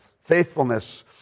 faithfulness